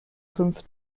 fünf